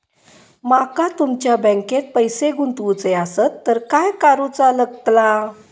माका तुमच्या बँकेत पैसे गुंतवूचे आसत तर काय कारुचा लगतला?